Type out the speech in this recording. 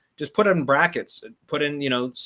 just put it in brackets put in, you know,